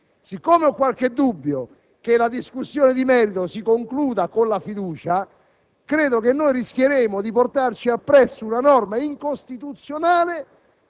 che ho qualche dubbio che la discussione di merito si concluda con la fiducia, credo che rischieremo di portarci appresso una norma incostituzionale,